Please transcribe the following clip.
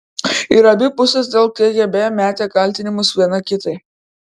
ir abi pusės dėl kgb mėtė kaltinimus viena kitai